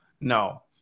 no